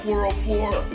404